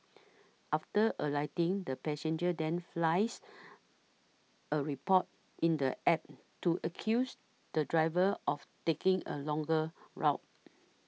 after alighting the passenger then flies a report in the App to accuse the driver of taking a longer route